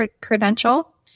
credential